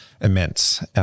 immense